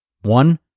One